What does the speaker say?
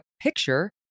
picture